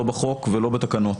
לא בחוק ולא בתקנות.